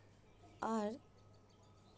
ᱟᱨ